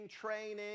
training